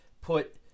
put